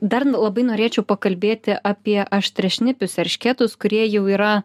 dar labai norėčiau pakalbėti apie aštria šnipius eršketus kurie jau yra